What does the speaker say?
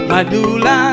Madula